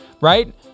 right